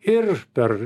ir per